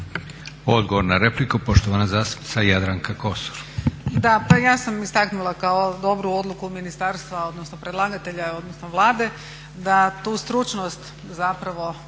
Odgovor na repliku poštovana zastupnica Jadranka Kosor.